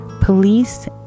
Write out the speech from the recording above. police